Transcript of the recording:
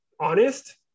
honest